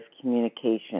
communication